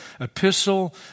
epistle